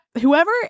whoever